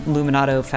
Luminato